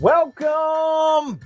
Welcome